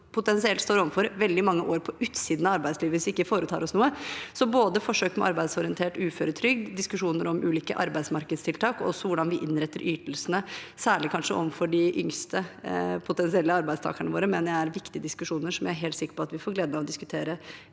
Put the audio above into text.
står overfor veldig mange år på utsiden av arbeidslivet hvis vi ikke foretar oss noe. Både forsøk med arbeidsorientert uføretrygd og diskusjoner om ulike arbeidsmarkedstiltak og hvordan vi innretter ytelsene, kanskje særlig overfor de yngste potensielle arbeidstakerne våre, er altså viktige diskusjoner som jeg er helt sikker på at vi får gleden av å ha videre